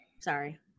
Sorry